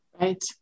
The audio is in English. Right